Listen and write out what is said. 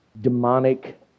demonic